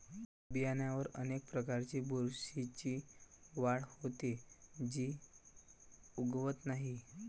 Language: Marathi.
बियांवर अनेक प्रकारच्या बुरशीची वाढ होते, जी उगवत नाही